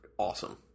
Awesome